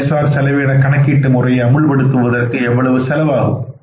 செயல் சார் செலவின கணக்கீட்டு முறையை அமுல்படுத்துவதற்கு எவ்வளவு செலவாகும்